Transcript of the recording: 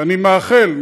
ואני מאחל,